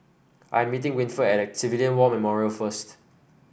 I'm meeting Winford at Civilian War Memorial first